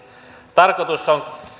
tarkoituksen